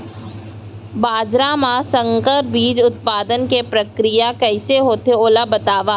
बाजरा मा संकर बीज उत्पादन के प्रक्रिया कइसे होथे ओला बताव?